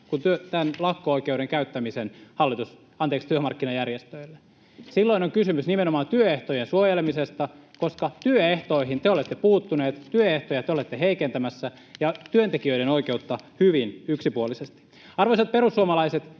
tämän lakko-oikeuden käyttämisen työmarkkinajärjestöille. Silloin on kysymys nimenomaan työehtojen suojelemisesta, koska työehtoihin te olette puuttuneet, työehtoja te olette heikentämässä ja työntekijöiden oikeutta hyvin yksipuolisesti. Arvoisat perussuomalaiset,